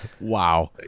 Wow